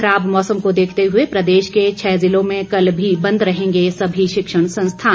खराब मौसम को देखते हुए प्रदेश के छः जिलों में कल भी बंद रहेंगे सभी शिक्षण संस्थान